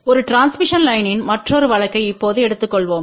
ஒரு டிரான்ஸ்மிஷன் லைன்யின் மற்றொரு வழக்கை இப்போது எடுத்துக்கொள்வோம்